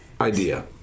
Idea